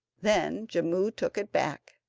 then jimmu took it back,